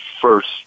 first